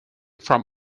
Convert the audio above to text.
from